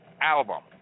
album